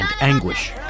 anguish